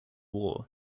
war